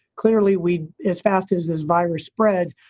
clearly, we as fast as this virus spreads,